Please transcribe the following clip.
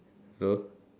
so